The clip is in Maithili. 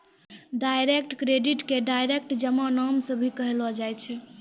डायरेक्ट क्रेडिट के डायरेक्ट जमा नाम से भी कहलो जाय छै